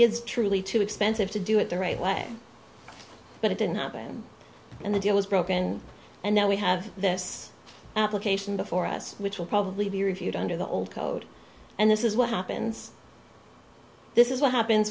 is truly too expensive to do it the right way but it didn't happen and the deal was broken and now we have this application before us which will probably be reviewed under the old code and this is what happens this is what happens